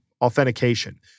authentication